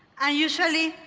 and usually,